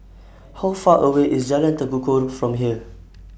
How Far away IS Jalan Tekukor from here